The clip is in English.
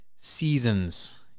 seasons